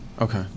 Okay